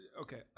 Okay